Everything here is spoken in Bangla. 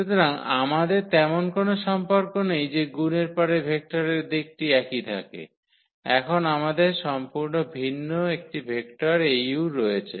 সুতরাং আমাদের তেমন কোনো সম্পর্ক নেই যে গুণের পরে ভেক্টরের দিকটি একই থাকে এখন আমাদের সম্পূর্ণ ভিন্ন একটি ভেক্টর Au রয়েছে